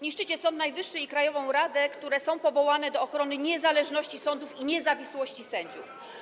Niszczycie Sąd Najwyższy i krajową radę, które są powołane do ochrony niezależności sądów i niezawisłości sędziów.